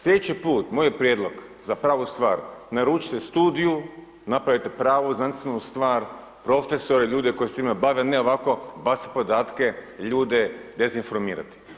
Slijedeći put, moj prijedlog za pravu stvar, naručite studiju, napravite pravu znanstvenu stvar, profesore, ljude koji se s time bave, ne ovako bacit podatke, ljude dezinformirati.